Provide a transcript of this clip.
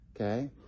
Okay